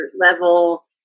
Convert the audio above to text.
level